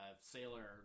sailor